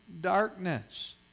darkness